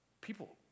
people